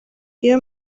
iyo